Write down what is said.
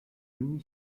mini